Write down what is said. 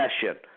session